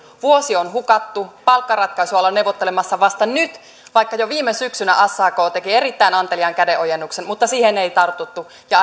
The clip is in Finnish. vuosi on hukattu ja palkkaratkaisua ollaan neuvottelemassa vasta nyt vaikka jo viime syksynä sak teki erittäin anteliaan kädenojennuksen siihen ei tartuttu ja